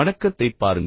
வணக்கத்தைப் பாருங்கள்